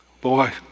Boy